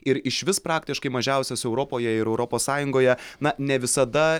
ir išvis praktiškai mažiausias europoje ir europos sąjungoje na ne visada